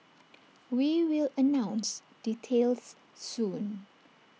we will announce details soon